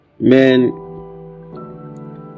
man